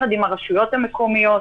ביחד עם הרשויות המקומיות,